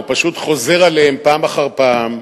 הוא פשוט חוזר עליהם פעם אחר פעם,